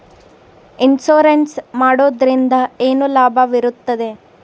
Insurance ಮಾಡೋದ್ರಿಂದ ಏನು ಲಾಭವಿರುತ್ತದೆ?